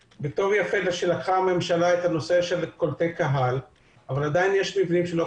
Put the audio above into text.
יפה שלקחה הממשלה את הנושא של קולטי קהל אבל עדין יש מבנים שאינם